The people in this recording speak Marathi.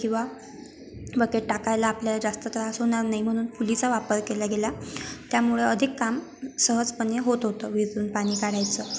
किंवा बकेट टाकायला आपल्याला जास्त त्रास होणार नाही म्हणून पुलीचा वापर केला गेला त्यामुळं अधिक काम सहजपणे होत होतं विहीरीतून पाणी काढायचं